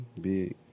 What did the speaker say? Big